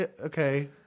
Okay